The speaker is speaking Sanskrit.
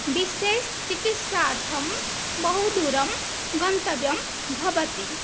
विशेष चिकित्सार्थं बहुदूरं गन्तव्यं भवति